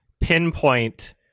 pinpoint